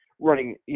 running